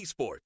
eSports